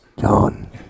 John